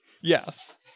yes